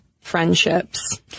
friendships